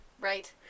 Right